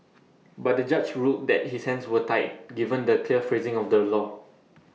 but the judge ruled that his hands were tied given the clear phrasing of the law